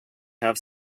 have